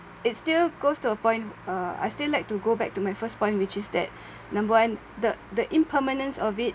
it still goes to a point uh I still like to go back to my first point which is that number one the the impermanence of it